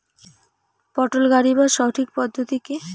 পটল গারিবার সঠিক পদ্ধতি কি?